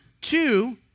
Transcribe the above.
Two